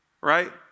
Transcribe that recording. right